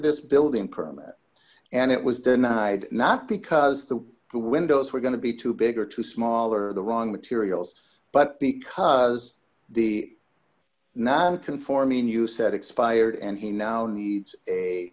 this building permit and it was denied not because the two windows were going to be too big or too small or the wrong materials but because the non conforming you said expired and he now needs a